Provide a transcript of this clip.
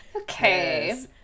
Okay